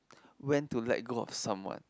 when to let go of someone